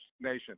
nation